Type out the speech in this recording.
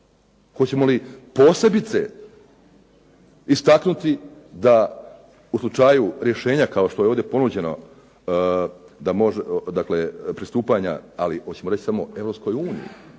Hoćemo li posebice istaknuti da u slučaju rješenja, kao što je ovdje ponuđeno dakle pristupanja hoćemo reći samo europskoj uniji,